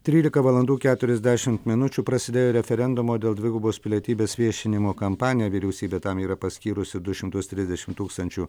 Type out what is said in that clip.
trylika valandų keturiasdešimt minučių prasidėjo referendumo dėl dvigubos pilietybės viešinimo kampanija vyriausybė tam yra paskyrusi du šimtus trisdešimt tūkstančių